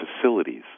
facilities